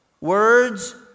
words